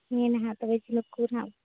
ᱦᱮᱸ ᱱᱟᱱᱟ ᱛᱚᱵᱮ ᱡᱷᱤᱱᱩᱠ ᱠᱚ ᱱᱟᱦᱟᱜ